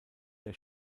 der